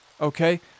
okay